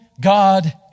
God